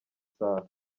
saha